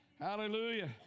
Hallelujah